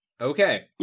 Okay